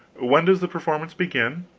when does the performance begin?